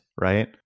right